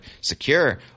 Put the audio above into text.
secure